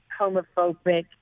homophobic